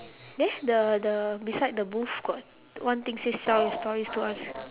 there the the beside the booth got one thing say sell your stories to us